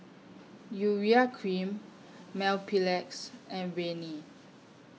Urea Cream Mepilex and Rene